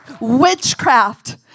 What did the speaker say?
Witchcraft